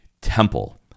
temple